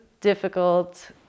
Difficult